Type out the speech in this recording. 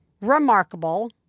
remarkable